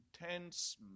intense